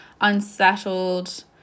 unsettled